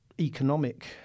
economic